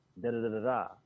da-da-da-da-da